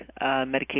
medication